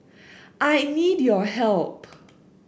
I need your help